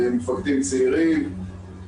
מפקדים צעירים.